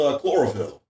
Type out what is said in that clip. chlorophyll